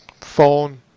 phone